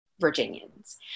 Virginians